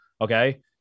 Okay